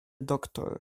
doktór